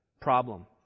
problem